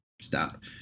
stop